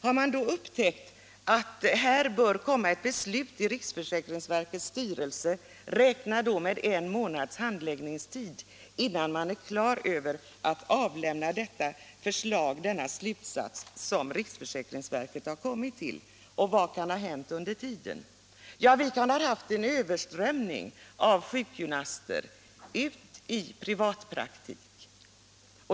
Om man kommer fram till att det bör fattas ett beslut i riksförsäkringsverkets styrelse om etableringskontroll, räkna då med minst en månads handläggningstid, innan riksförsäkringsverket till regeringen kan överlämna ett förslag med ledning av de slutsatser man kommit till. Vad kan ha hänt under den tiden? Vi kan ha haft en överströmning av sjukgymnaster till privatpraktik.